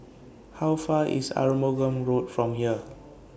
How Far away IS Arumugam Road from here